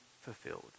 fulfilled